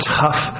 tough